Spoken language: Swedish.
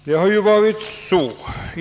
Herr talman!